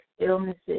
illnesses